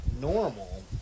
normal